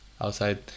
outside